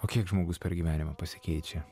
o kiek žmogus per gyvenimą pasikeičia